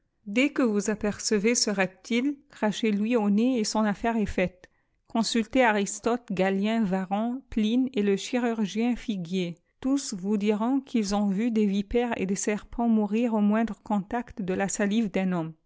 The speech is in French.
dès que vous apercevez ce reptile crachez lui au nez et son affaire est faite consultez àristote galien yarron piine et le chirurgien figuier tous vous diront qu'ils ont vu des vipères et des serpents mourir au moindre contact de la salive d'un homme